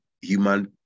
human